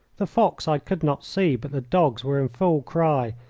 the fox i could not see, but the dogs were in full cry,